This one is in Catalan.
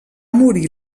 morir